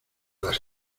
las